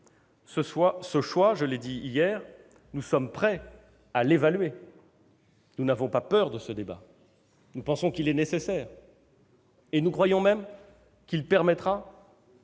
Ce choix, je l'ai dit hier, nous sommes prêts à l'évaluer. Nous n'avons pas peur de ce débat, nous pensons qu'il est nécessaire et nous croyons même qu'il permettra